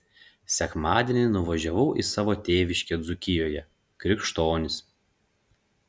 sekmadienį nuvažiavau į savo tėviškę dzūkijoje krikštonis